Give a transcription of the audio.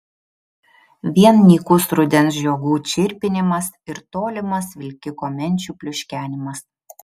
vien nykus rudens žiogų čirpinimas ir tolimas vilkiko menčių pliuškenimas